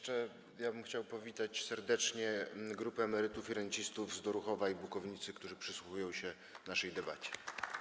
Chciałbym jeszcze powitać serdecznie grupę emerytów i rencistów z Doruchowa i Bukownicy, którzy przysłuchują się naszej debacie.